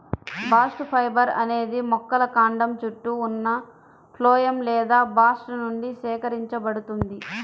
bast fibre అనేది మొక్కల కాండం చుట్టూ ఉన్న ఫ్లోయమ్ లేదా బాస్ట్ నుండి సేకరించబడుతుంది